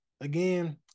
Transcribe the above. Again